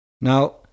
Now